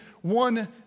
one